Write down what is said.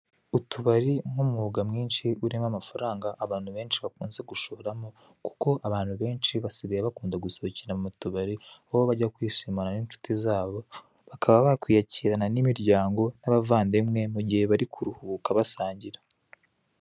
Utubari nk'umwuga mwinshi urimo amafaranga abantu benshi bakunze gushoramo , kuko abantu benshi basigaye bakunda gusohokera mu tubari, aho bajya kwishimana n'inshuti zabo, bakaba bakwiyakirana n'imiryango n'abavandimwe mu gihe bari kuruhuka basangira.